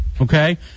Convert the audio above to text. Okay